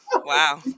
Wow